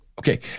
Okay